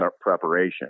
preparation